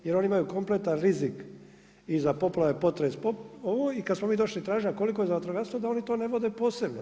Jer oni imaju kompletan rizik i za poplave, potres i ovo, i kad smo mi došli tražit koliko je za vatrogastvo, da oni to ne vode posebno.